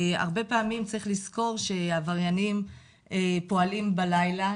הרבה פעמים צריך לזכור שעבריינים פועלים בלילה,